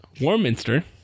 Warminster